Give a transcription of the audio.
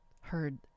heard